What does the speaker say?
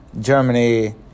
Germany